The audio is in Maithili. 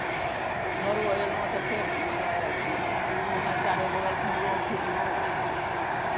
घरो अयलहुँ तऽ फेर अङ्गनोमे चारू बगल घुमलहुँ फिरलहुँ